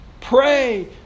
Pray